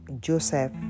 Joseph